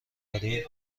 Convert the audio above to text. دارین